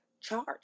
charge